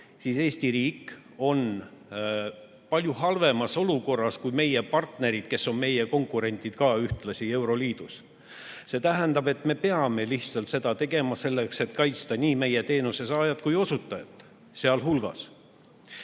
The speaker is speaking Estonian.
siis Eesti riik on palju halvemas olukorras kui meie partnerid, kes on meie konkurendid ka ühtlasi euroliidus. See tähendab, et me peame lihtsalt seda tegema selleks, et kaitsta nii meie teenuse saajat kui osutajat. Siin saalis